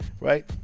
Right